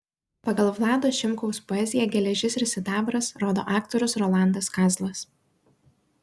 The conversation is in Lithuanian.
pagal vlado šimkaus poeziją geležis ir sidabras rodo aktorius rolandas kazlas